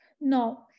No